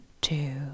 two